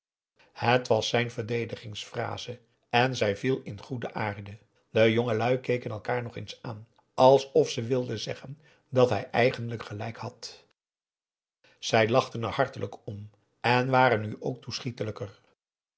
het was zijn verdedigingsphrase en zij viel in goede aarde de jongelui keken elkaar nog eens aan alsof ze wilden zeggen dat hij eigenlijk gelijk had zij lachten er hartelijk om en waren nu ook